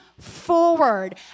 forward